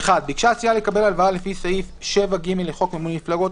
(1)ביקשה סיעה לקבל הלוואה לפי סעיף 7ג לחוק מימון מפלגות,